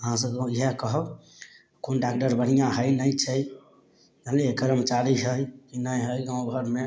अहाँ सबके हम इएह कहब कोइ डॉक्टर बढ़िआँ हइ नहि छै जनलियै कर्मचारी छै कि नहि हइ गाँव घरमे